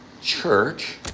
church